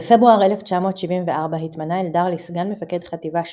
בפברואר 1974 התמנה אלדר לסגן מפקד חטיבה 7,